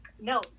no